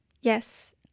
Yes